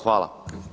Hvala.